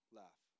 laugh